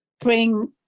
bring